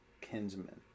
kinsmen